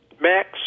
Max